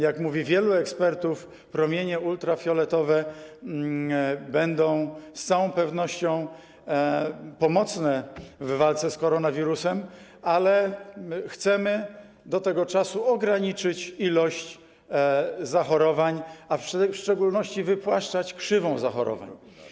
Jak mówi wielu ekspertów, promienie ultrafioletowe będą z całą pewnością pomocne w walce z koronawirusem, ale chcemy do tego czasu ograniczyć ilość zachorowań, a w szczególności wypłaszczać krzywą zachorowań.